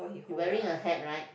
you wearing a hat right